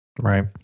right